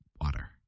water